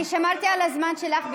אני שמרתי על הזמן שלך.